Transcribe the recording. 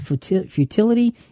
futility